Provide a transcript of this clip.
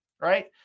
right